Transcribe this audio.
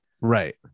right